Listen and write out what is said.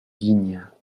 digne